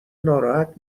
ناراحت